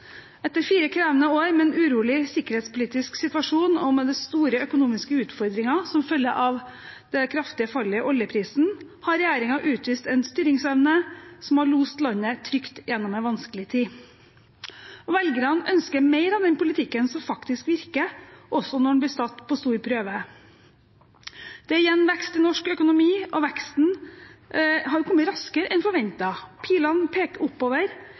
Etter fire krevende år med en urolig sikkerhetspolitisk situasjon og med store økonomiske utfordringer som følge av det kraftige fallet i oljeprisen, har regjeringen utvist en styringsevne som har lost landet trygt gjennom en vanskelig tid. Velgerne ønsker mer av den politikken som faktisk virker, også når man blir satt på stor prøve. Det er igjen vekst i norsk økonomi, og veksten har kommet raskere enn forventet. Pilene peker oppover